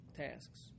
tasks